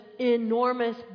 enormous